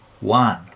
One